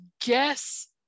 guess